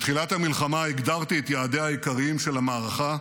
בתחילת המלחמה הגדרתי את יעדיה העיקריים של המערכה,